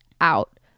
out